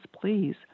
please